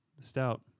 Stout